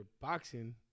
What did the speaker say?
boxing